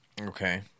Okay